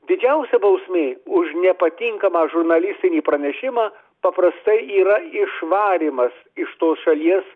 didžiausia bausmė už nepatinkamą žurnalistinį pranešimą paprastai yra išvarymas iš tos šalies